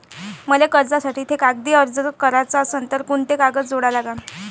मले कर्जासाठी थे कागदी अर्ज कराचा असन तर कुंते कागद जोडा लागन?